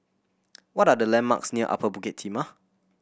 what are the landmarks near Upper Bukit Timah